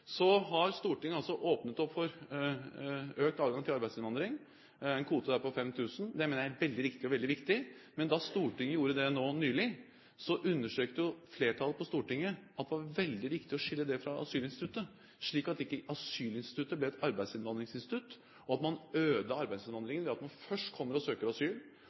har Stortinget åpnet opp for økt adgang til det. Det er en kvote der på 5 000. Det mener jeg er veldig riktig og veldig viktig. Men da Stortinget gjorde det nå nylig, understreket flertallet at det var veldig viktig å skille det fra asylinstituttet, slik at ikke asylinstituttet ble et arbeidsinnvandringsinstitutt og at man ødela arbeidsinnvandringen ved at man først kommer og søker asyl,